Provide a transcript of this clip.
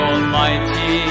Almighty